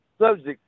subject